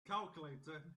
calculator